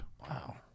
Wow